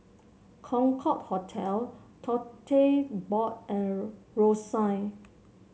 Concorde Hotel Tote Board and Rosyth